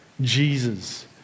Jesus